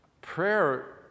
prayer